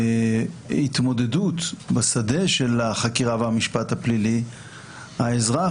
שבהתמודדות בשדה של החקירה והמשפט הפלילי האזרח